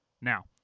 Now